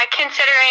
considering